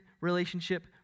relationship